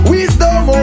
Wisdom